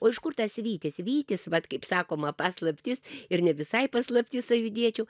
o iš kur tas vytis vytis vat kaip sakoma paslaptys ir ne visai paslaptys sąjūdiečių